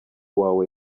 wawe